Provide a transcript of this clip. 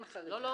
בבקשה.